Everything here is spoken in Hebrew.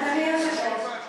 אדוני היושב-ראש,